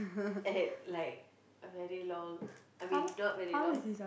at like a very long I mean not very long